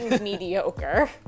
mediocre